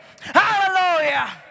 Hallelujah